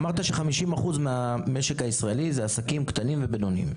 אמרת ש-50% מהמשק הישראלי הוא עסקים קטנים ובינוניים.